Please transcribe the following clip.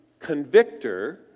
convictor